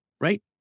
right